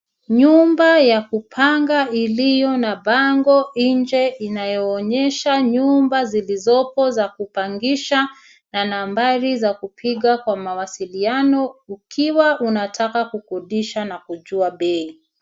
Nyumba ya kupanga iliyo na bango nje inayoonyesha nyumba zilizoko za kupangisha na nambari za kupiga kwa mawasiliano ukiwa unataka kukodisha na kujua bei.